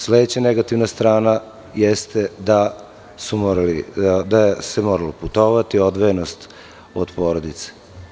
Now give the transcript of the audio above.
Sledeća negativna strana jeste da se moralo putovati, odvojenost od porodica.